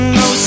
no